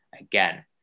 again